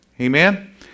Amen